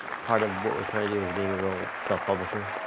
part of what we're trying to do is being a real self-publisher.